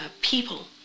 people